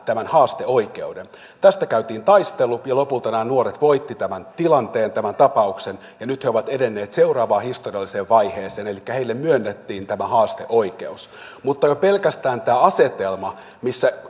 tämän haasteoikeuden tästä käytiin taistelu ja lopulta nämä nuoret voittivat tämän tilanteen tämän tapauksen ja nyt he ovat edenneet seuraavaan historialliseen vaiheeseen elikkä heille myönnettiin tämä haasteoikeus mutta jo pelkästään tämä asetelma missä